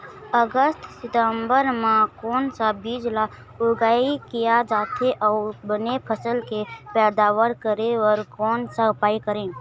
अगस्त सितंबर म कोन सा बीज ला उगाई किया जाथे, अऊ बने फसल के पैदावर करें बर कोन सा उपाय करें?